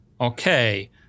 Okay